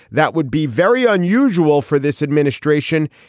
that would be very unusual for this administration.